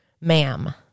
ma'am